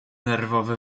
nerwowe